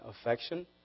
affection